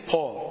Paul